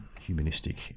humanistic